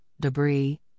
debris